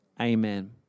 Amen